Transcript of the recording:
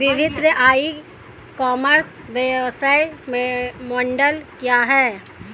विभिन्न e commerce व्यवसाय model क्या हैं?